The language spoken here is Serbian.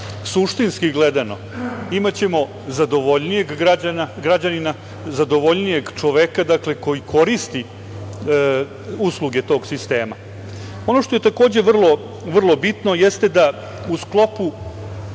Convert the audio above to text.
suštinski gledano, imaćemo zadovoljnijeg građanina, zadovoljnijeg čoveka koji koristi usluge tog sistema. Ono što je vrlo bitno jeste da u sklopu